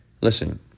Listen